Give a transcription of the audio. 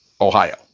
Ohio